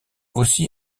aussi